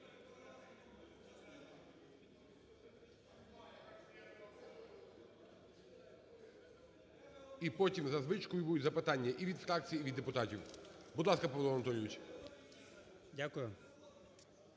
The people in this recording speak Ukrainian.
І потім за звичкою будуть запитання і від фракцій, і від депутатів. Будь ласка, Павло Анатолійович.